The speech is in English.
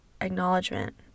acknowledgement